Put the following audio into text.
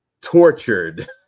tortured